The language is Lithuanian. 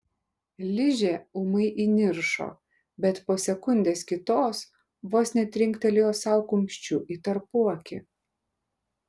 ližė ūmai įniršo bet po sekundės kitos vos netrinktelėjo sau kumščiu į tarpuakį